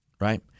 right